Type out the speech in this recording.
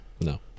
no